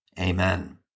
Amen